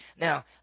Now